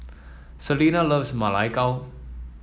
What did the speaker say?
Selena loves Ma Lai Gao